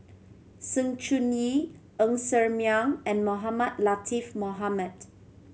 Sng Choon Yee Ng Ser Miang and Mohamed Latiff Mohamed